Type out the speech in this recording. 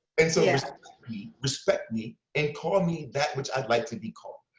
and so respect me and call me that which i'd like to be called.